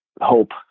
hope